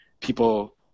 people